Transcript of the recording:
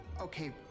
Okay